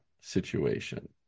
situation